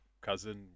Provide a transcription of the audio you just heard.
cousin